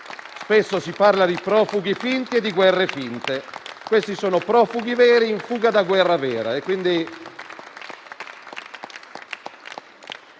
Spesso si parla di profughi finti e di guerre finte. Questi sono profughi veri in fuga da una guerra vera.